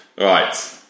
Right